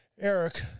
Eric